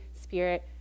Spirit